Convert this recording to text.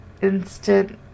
instant